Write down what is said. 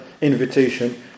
invitation